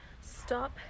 stop